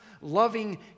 loving